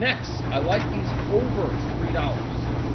next, i like these over three dollars.